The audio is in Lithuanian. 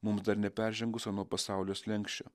mums dar neperžengus ano pasaulio slenksčio